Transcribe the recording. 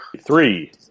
Three